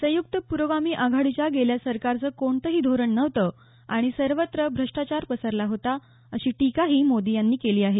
संयुक्त प्रोगामी आघाडीच्या गेल्या सरकारचं कोणतही धोरण नव्हतं आणि सर्वत्र भ्रष्टाचार पसरला होता अशी टीकाही मोदी यांनी केली आहे